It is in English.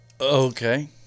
Okay